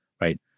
right